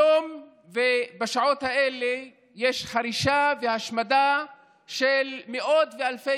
היום ובשעות האלה יש חרישה והשמדה של מאות ואלפי